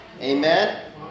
amen